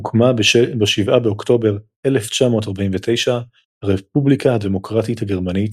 הוקמה ב-7 באוקטובר 1949 הרפובליקה הדמוקרטית הגרמנית